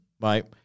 right